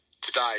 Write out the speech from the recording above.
today